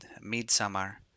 midsummer